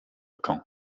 camp